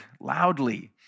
loudly